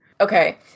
Okay